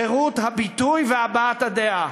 חירות הביטוי והבעת הדעה.